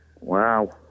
wow